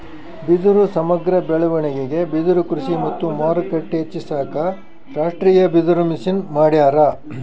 ಬಿದಿರು ಸಮಗ್ರ ಬೆಳವಣಿಗೆಗೆ ಬಿದಿರುಕೃಷಿ ಮತ್ತು ಮಾರುಕಟ್ಟೆ ಹೆಚ್ಚಿಸಾಕ ರಾಷ್ಟೀಯಬಿದಿರುಮಿಷನ್ ಮಾಡ್ಯಾರ